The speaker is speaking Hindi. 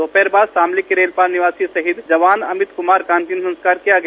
दोपहर बाद शामली के रेलपार निवासी शहीद जवान अमित कुमार का अंतिम संस्कार किया गया